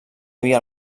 havia